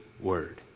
word